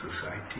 society